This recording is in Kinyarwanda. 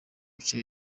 bice